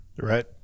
Right